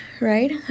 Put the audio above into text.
right